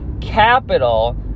capital